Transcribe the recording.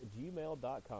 gmail.com